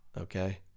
Okay